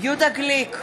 יהודה גליק,